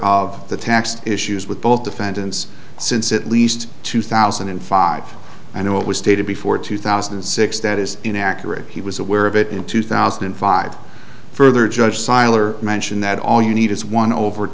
of the tax issues with both defendants since at least two thousand and five and it was stated before two thousand and six that is inaccurate he was aware of it in two thousand and five further judge seiler mentioned that all you need is one over